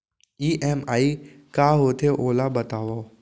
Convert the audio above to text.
EMI का होथे, ओला बतावव